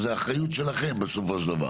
הרי בסופו של דבר זאת האחריות שלכם.